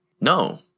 No